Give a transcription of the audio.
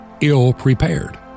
ill-prepared